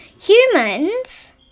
Humans